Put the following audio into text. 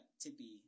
Tippy